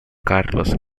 carlos